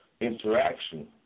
interaction